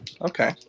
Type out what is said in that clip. okay